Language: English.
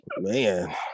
Man